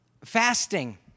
Fasting